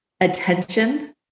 attention